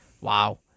wow